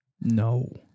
No